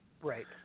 Right